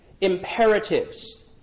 imperatives